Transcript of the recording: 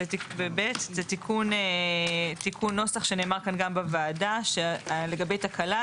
תיקון נוסח שנאמר כאן גם בוועדה לגבי תקלה,